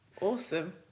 Awesome